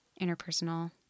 interpersonal